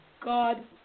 God